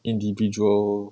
individual